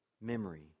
memory